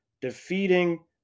defeating